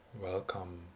welcome